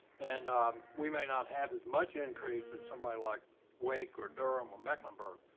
and we may not have as much increase as somebody like wake or dorama mecklenburg.